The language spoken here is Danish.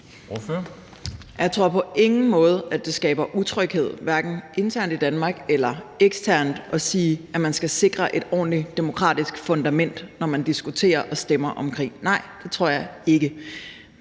Jeg tror på ingen måde, at det skaber utryghed, hverken internt i Danmark eller eksternt, at sige, at man skal sikre et ordentligt demokratisk fundament, når man diskuterer og stemmer om krig. Nej, det tror jeg ikke.